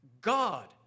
God